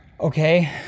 Okay